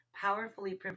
powerfully